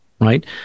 right